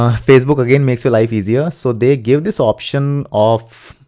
um facebook again makes your life easier, so they gave this option of,